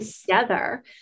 together